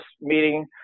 meeting